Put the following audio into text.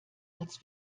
als